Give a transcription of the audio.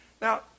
now